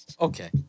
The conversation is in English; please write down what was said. Okay